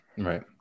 Right